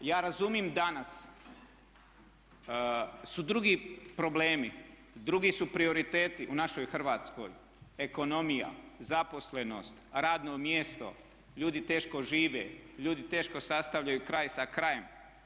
Ja razumim danas su drugi problemi, drugi su prioriteti u našoj Hrvatskoj – ekonomija, zaposlenost, radno mjesto, ljudi teško žive, ljudi teško sastavljaju kraj sa krajem.